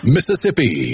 Mississippi